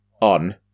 on